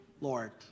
Lord